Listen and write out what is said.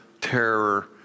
terror